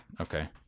Okay